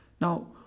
Now